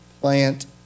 plant